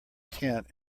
tent